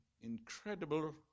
incredible